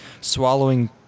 swallowing